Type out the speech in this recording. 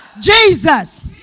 Jesus